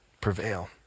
Prevail